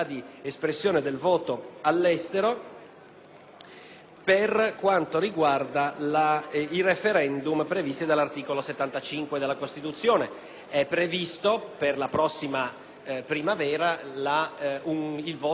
per quanto riguarda i *referendum* previsti dall'articolo 75 della Costituzione. È previsto per la prossima primavera il voto su un *referendum* che fu rinviato l'anno scorso